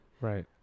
Right